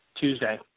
Tuesday